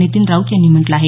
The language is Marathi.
नितीन राऊत यांनी म्हटलं आहे